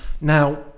Now